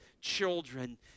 children